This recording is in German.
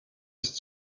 ist